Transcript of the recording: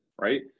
right